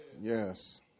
Yes